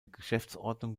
geschäftsordnung